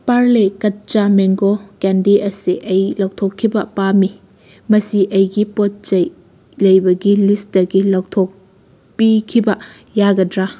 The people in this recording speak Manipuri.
ꯄꯥꯔꯂꯦ ꯀꯠꯆꯥ ꯃꯦꯡꯒꯣ ꯀꯦꯟꯗꯤ ꯑꯁꯤ ꯑꯩ ꯂꯧꯊꯣꯛꯈꯤꯕ ꯄꯥꯝꯃꯤ ꯃꯁꯤ ꯑꯩꯒꯤ ꯄꯣꯠ ꯆꯩ ꯂꯩꯕꯒꯤ ꯂꯤꯁꯇꯒꯤ ꯂꯧꯊꯣꯛꯄꯤꯈꯤꯕ ꯌꯥꯒꯗ꯭ꯔꯥ